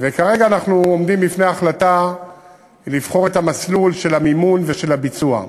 וכרגע אנחנו עומדים בפני החלטה לבחור את המסלול של המימון ושל הביצוע.